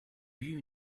you